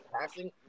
passing